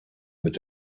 mit